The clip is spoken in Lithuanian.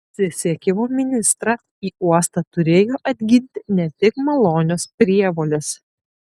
susisiekimo ministrą į uostą turėjo atginti ne tik malonios prievolės